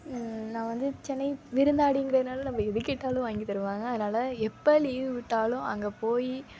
நான் வந்து சென்னை விருந்தாளிங்கிறனால நம்ம எது கேட்டாலும் வாங்கி தருவாங்க அதனால எப்போ லீவு விட்டாலும் அங்கே போய்